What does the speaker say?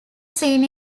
seen